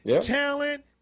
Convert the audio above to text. talent